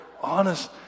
honest